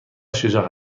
شجاع